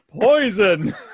poison